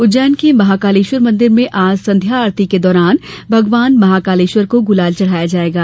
उज्जैन के महाकालेश्वर मंदिर में आज संध्या आरती के दौरान भगवान महाकालेश्वर को गुलाल चढ़ाया जायेगा